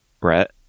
Brett